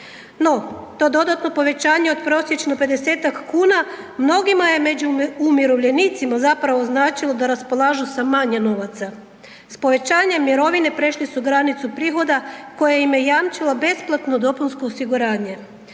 No, to dodatno povećanje od prosječno 50-tak kuna mnogima je među umirovljenicima zapravo značilo da raspolažu sa manje novaca. S povećanjem mirovine prešli su granicu prihoda koje im je jamčilo besplatno dopunsko osiguranje.